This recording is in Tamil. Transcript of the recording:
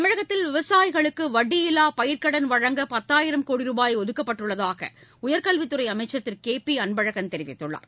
தமிழகத்தில் விவசாயிகளுக்குவட்டியில்லாபயிர்க்கடன் வழங்க பத்தாயிரம் கோடி ரூபாய் ஒதுக்கப்பட்டுள்ளதாகஉயர்கல்வித்துறைஅமைச்சர் திருகேபிஅன்பழகன் தெரிவித்துள்ளார்